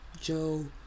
Joe